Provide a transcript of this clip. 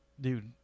Dude